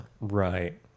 right